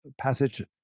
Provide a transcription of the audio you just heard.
passage